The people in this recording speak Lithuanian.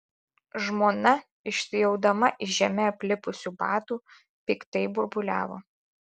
žmona išsiaudama iš žeme aplipusių batų piktai burbuliavo